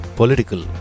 political